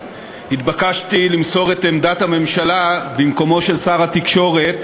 התבקשתי למסור את עמדת הממשלה במקומו של שר התקשורת,